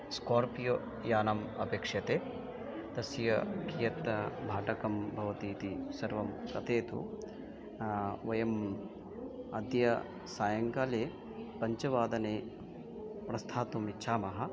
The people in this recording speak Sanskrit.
स्कोर्पियो यानम् अपेक्षते तस्य कियत् भाटकं भवतीति सर्वं कथयतु वयम् अद्य सायङ्काले पञ्चवादने प्रस्थातुम् इच्छामः